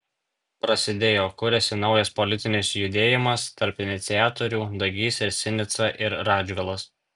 prasidėjo kuriasi naujas politinis judėjimas tarp iniciatorių dagys ir sinica ir radžvilas